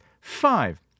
five